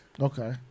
Okay